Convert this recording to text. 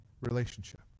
relationship